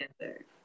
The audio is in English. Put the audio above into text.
together